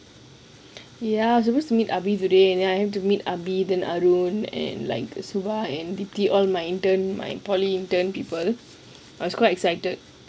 ya supposed to meet abi today then I need to meet abi then aron and suba and diki all my intern my poly intern people I'm quite excited